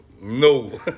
No